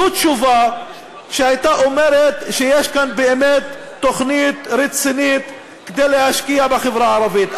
זו תשובה שהייתה אומרת שיש כאן באמת תוכנית רצינית להשקיע בחברה הערבית.